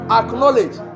acknowledge